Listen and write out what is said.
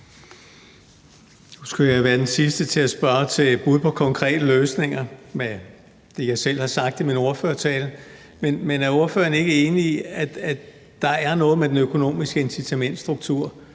Nu skulle jeg jo være den sidste til at spørge til bud på konkrete løsninger, altså med det, jeg selv har sagt i min ordførertale. Men er ordføreren ikke enig i, at der er noget med den økonomiske incitamentsstruktur,